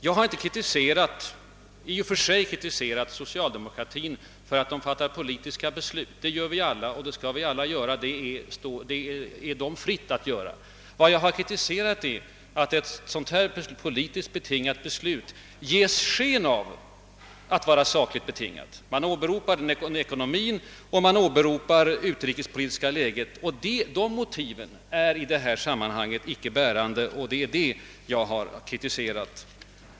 Jag har inte i och för sig kritiserat socialdemokratin för att den fattar politiska beslut — det gör alla partier, det skall de också göra, och det står det dem fritt att göra — men vad jag kritiserat är att sådana politiskt betingade beslut ges sken av att vara sakligt grundade. Man åberopade ekonomin och det utrikespolitiska läget, men de motiven är i detta sammanhang icke bärande och det är detta jag har framhållit.